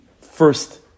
first